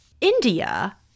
India